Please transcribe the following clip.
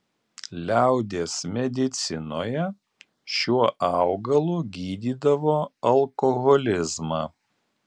liaudies medicinoje šiuo augalu gydydavo alkoholizmą